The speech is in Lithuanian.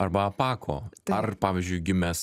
arba apako ar pavyzdžiui gimęs